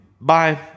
Bye